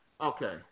Okay